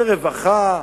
ברווחה,